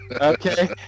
Okay